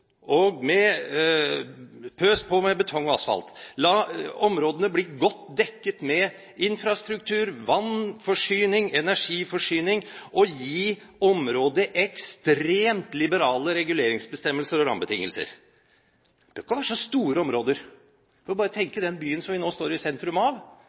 på med betong og asfalt! La områdene bli godt dekket med infrastruktur, vannforsyning og energiforsyning og gi området ekstremt liberale reguleringsbestemmelser og rammebetingelser! Det behøver ikke være så store områder. En kan bare tenke seg den byen vi nå er i sentrum av.